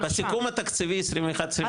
בסיכום התקציבי 21-22 לא היה כתוב.